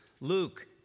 Luke